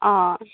অঁ